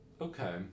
Okay